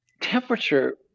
temperature